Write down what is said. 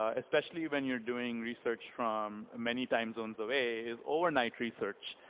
ah especially when you're doing research from many time zones away is overnight research.